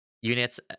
units